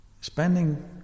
Spending